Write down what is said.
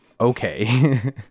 okay